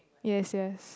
yes yes